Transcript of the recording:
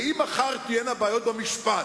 ואם מחר תהיינה בעיות במשפט,